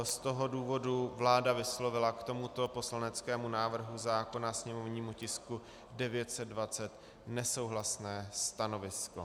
Z toho důvodu vláda vyslovila k tomuto poslaneckému návrhu zákona, sněmovnímu tisku 920 nesouhlasné stanovisko.